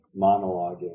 monologuing